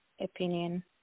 opinion